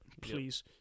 Please